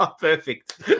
Perfect